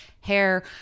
hair